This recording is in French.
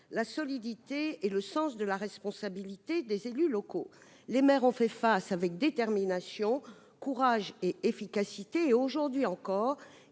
la solidité et le sens de la responsabilité des élus locaux. Les maires ont fait face avec détermination, courage et efficacité. Aujourd'hui encore,